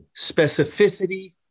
specificity